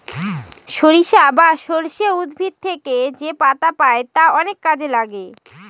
সরিষা বা সর্ষে উদ্ভিদ থেকে যেপাতা পাই তা অনেক কাজে লাগে